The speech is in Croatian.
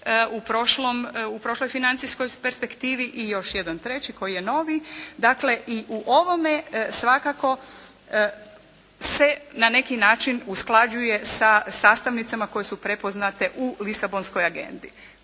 u prošloj financijskoj perspektivi. I još jedan treći koji je novi. Dakle, i u ovome svakako se na neki način usklađuje sa sastavnicama koje su prepoznate u lisabonskoj agendi.